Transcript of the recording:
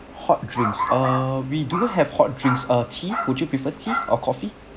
hot drinks uh we do have hot drinks uh tea would you prefer tea or coffee